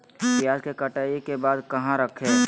प्याज के कटाई के बाद कहा रखें?